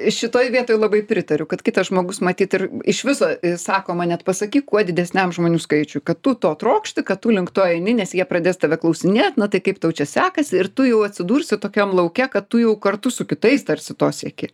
šitoj vietoj labai pritariu kad kitas žmogus matyt ir iš viso sakoma net pasakyk kuo didesniam žmonių skaičiui kad tu to trokšti kad tu link to eini nes jie pradės tave klausinėt na tai kaip tau čia sekasi ir tu jau atsidursi tokiam lauke kad tu jau kartu su kitais tarsi to sieki